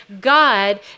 God